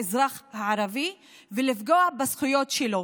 באזרח הערבי, ולפגוע בזכויות שלו: